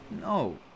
No